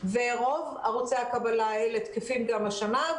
ורוב ערוצי הקבלה האלה תקפים גם השנה.